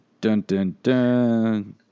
Dun-dun-dun